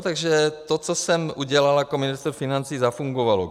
Takže to, co jsem udělal jako ministr financí, zafungovalo.